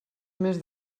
més